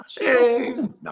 No